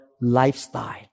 lifestyle